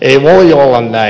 ei voi olla näin